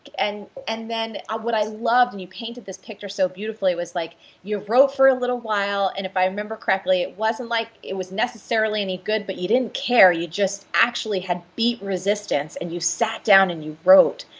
and and then what i loved, and you painted this picture so beautifully, was like you wrote for a little while, and if i remember correctly it wasn't like it was necessarily any good but you didn't care, you just actually had beat resistance and you sat down and you wrote.